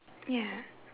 ya